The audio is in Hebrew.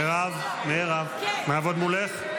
מירב, נעבוד מולך?